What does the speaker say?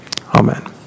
Amen